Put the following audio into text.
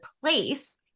place